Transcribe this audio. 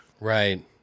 Right